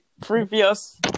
previous